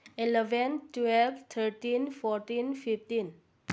eleven twelve thirteen fourteen fifteen